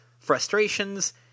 frustrations